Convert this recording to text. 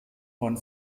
neuen